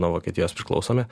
nuo vokietijos priklausomi